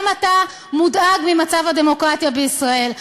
גם אתה מודאג ממצב הדמוקרטיה בישראל.